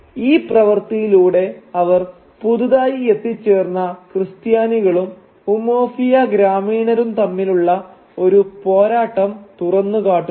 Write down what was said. ഈ പ്രവർത്തിയിലൂടെ അവർ പുതുതായി എത്തിച്ചേർന്ന ക്രിസ്ത്യാനികളും ഉമോഫിയ ഗ്രാമീണരും തമ്മിലുള്ള ഒരു പോരാട്ടം തുറന്നു കാട്ടുന്നു